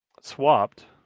swapped